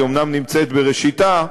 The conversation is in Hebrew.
היא אומנם נמצאת בראשיתה,